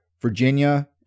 Virginia